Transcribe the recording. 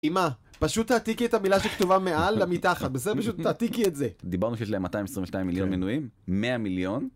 אימא, פשוט תעתיקי את המילה שכתובה מעל למתחת, בסדר? פשוט תעתיקי את זה. דיברנו שיש להם 222 מיליון מינויים? 100 מיליון?